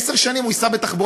עשר שנים הוא ייסע בתחבורה.